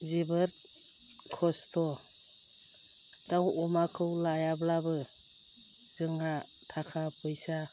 जोबोर खस्थ' दाव अमाखौ लायाब्लाबो जोंहा थाखा फैसा